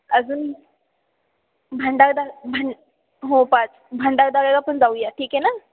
अजून भंडारदरा भां हो पाच भंडारदऱ्याला पण जाऊया ठीक आहे ना